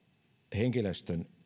henkilöstön